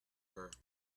her